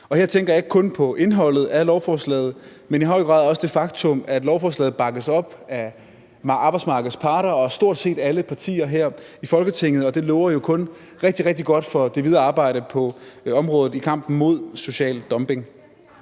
Og her tænker jeg ikke kun på indholdet af lovforslaget, men i høj grad også på det faktum, at lovforslaget bakkes op af arbejdsmarkedets parter og stort set alle partier her i Folketinget, og det lover jo kun rigtig, rigtig godt for det videre arbejde på området i kampen mod social dumping.